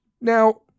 Now